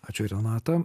ačiū renata